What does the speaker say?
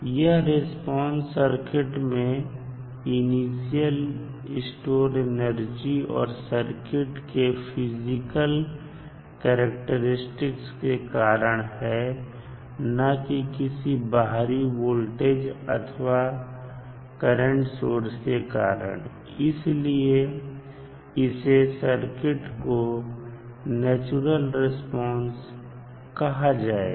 यह response circuit में initial store energy और सर्किट के फिजिकल करैक्टेरिस्टिक्स के कारण है न की किसी बाहरी वोल्टेज अथवा करंट सोर्स के कारण इसलिए इसे सर्किट का नेचुरल रिस्पांस कहा जाएगा